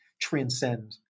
transcend